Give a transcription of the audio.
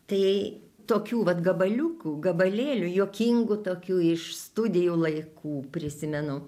tai tokių vat gabaliukų gabalėlių juokingų tokių iš studijų laikų prisimenu